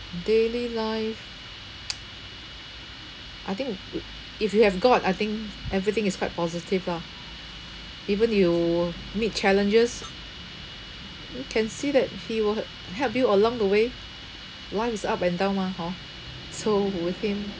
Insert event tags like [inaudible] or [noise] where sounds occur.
daily life [noise] I think [noise] if you have god I think everything is quite positive lah even you meet challenges [noise] can see that he will help you along the way life is up and down mah hor so with him